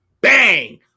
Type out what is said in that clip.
bang